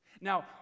Now